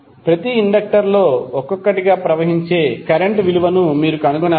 ప్రతి ఇండక్టర్ లో ఒక్కొక్కటిగా ప్రవహించే కరెంట్ విలువను మీరు కనుగొనాలి